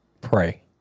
Pray